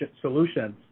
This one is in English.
solutions